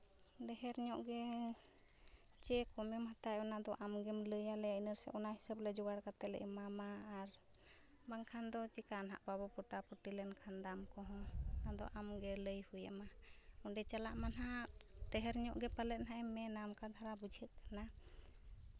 ᱰᱷᱮᱨ ᱧᱚᱜ ᱜᱮ ᱪᱮ ᱠᱚᱢᱮᱢ ᱦᱟᱛᱟᱣ ᱚᱱᱟᱫᱚ ᱟᱢᱜᱮᱢ ᱞᱟᱹᱭᱟᱞᱮ ᱚᱱᱟ ᱦᱤᱥᱟᱹᱵᱽ ᱞᱮ ᱡᱚᱜᱟᱲ ᱠᱟᱛᱮᱫ ᱞᱮ ᱮᱢᱟᱢᱟ ᱟᱨ ᱵᱟᱝᱠᱷᱟᱱ ᱫᱚ ᱪᱮᱠᱟ ᱱᱟᱜ ᱵᱟᱵᱚ ᱯᱚᱴᱟᱼᱯᱩᱴᱤ ᱞᱮᱱᱠᱷᱟᱱ ᱫᱟᱢ ᱠᱚᱦᱚᱸ ᱟᱫᱚ ᱟᱢ ᱜᱮ ᱞᱟᱹᱭ ᱦᱩᱭᱟᱢᱟ ᱚᱸᱰᱮ ᱪᱟᱞᱟᱜ ᱢᱟ ᱱᱟᱜ ᱰᱷᱮᱨ ᱧᱚᱜ ᱜᱮ ᱯᱟᱞᱮᱫ ᱦᱟᱸᱜᱼᱮᱢ ᱢᱮᱱᱟ ᱚᱱᱠᱟ ᱫᱷᱟᱨᱟ ᱵᱩᱡᱷᱟᱹᱜ ᱠᱟᱱᱟ